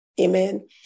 Amen